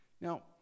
Now